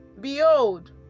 Behold